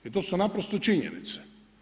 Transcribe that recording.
I to su naprosto činjenice.